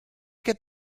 get